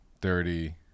dirty